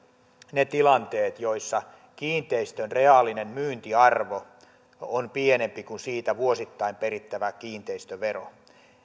ne tilanteet joissa kiinteistön reaalinen myyntiarvo on pienempi kuin siitä vuosittain perittävä kiinteistövero